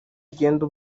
ugenda